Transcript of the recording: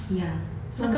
ya so